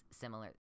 similar